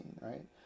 right